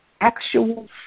actual